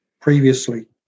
previously